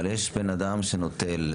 יש בן אדם שנוטל,